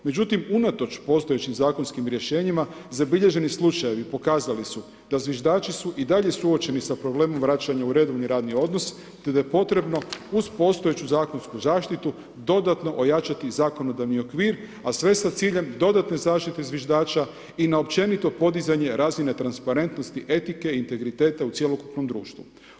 Međutim, unatoč postojećim zakonskim rješenjima zabilježeni slučajevi pokazali su da zviždači su i dalje suočeni sa problemom vraćanja u redovni radni odnos, te da je potrebno uz postojeću zakonsku zaštitu dodatno ojačati zakonodavni okvir, a sve sa ciljem dodatne zaštite zviždača i na općenito podizanje razine transparentnosti etike i integriteta u cjelokupnom društvu.